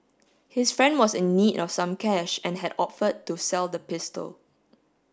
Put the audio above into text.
his friend was in need of some cash and had offered to sell the pistol